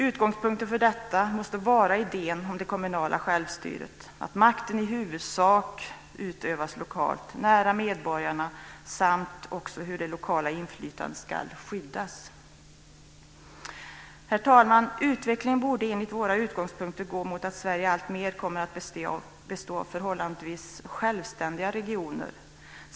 Utgångspunkten för detta måste vara idén om det kommunala självstyret, att makten i huvudsak utövas lokalt nära medborgarna samt också hur det lokala inflytandet ska skyddas. Herr talman! Utvecklingen borde enligt våra utgångspunkter gå mot att Sverige alltmer kommer att bestå av förhållandevis självständiga regioner.